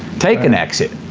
take an exit.